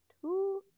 two